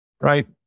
right